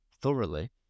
thoroughly